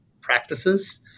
practices